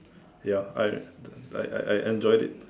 ya I I I I I enjoyed it